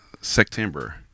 September